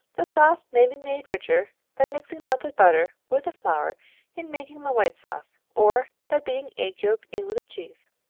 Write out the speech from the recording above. the sauce may be made richer by mixing melted butter with the flour in making the white sauce, or by beating egg yolk in with the cheese.